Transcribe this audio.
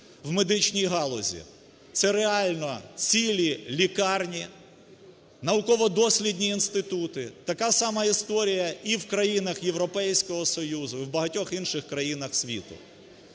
в медичній галузі, – це реально цілі лікарні, науково-дослідні інститути. Така сама історія і в країнах Європейського Союзу, і в багатьох інших країнах світу.